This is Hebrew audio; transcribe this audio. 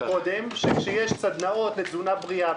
שכשיש סדנאות לתזונה בריאה,